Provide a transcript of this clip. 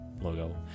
logo